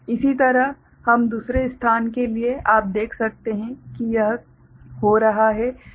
इसी तरह हर दूसरे स्थान के लिए आप देख सकते हैं कि यह हो रहा है